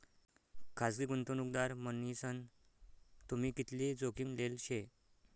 खासगी गुंतवणूकदार मन्हीसन तुम्ही कितली जोखीम लेल शे